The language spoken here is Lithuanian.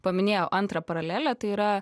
paminėjau antrą paralelę tai yra